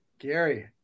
Gary